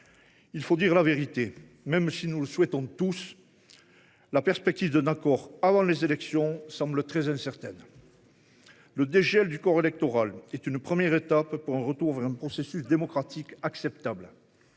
Il faut dire la vérité : même si nous y sommes tous favorables, la perspective de parvenir à un accord avant les élections est très incertaine. Le dégel du corps électoral est une première étape pour un retour vers un processus démocratique acceptable.